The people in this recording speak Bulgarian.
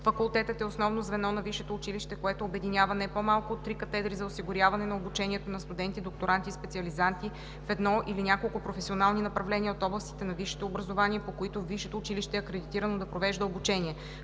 Факултетът е основно звено на висшето училище, което обединява не по-малко от три катедри за осигуряване на обучението на студенти, докторанти и специализанти в едно или няколко професионални направления от областите на висшето образование, по които висшето училище е акредитирано да провежда обучение.